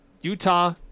Utah